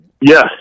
yes